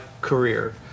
career